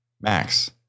Max